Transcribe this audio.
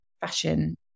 fashion